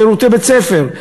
שירותי בית-ספר,